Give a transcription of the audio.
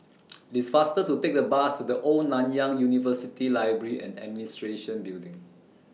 It's faster to Take The Bus to The Old Nanyang University Library and Administration Building